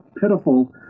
pitiful